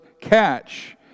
catch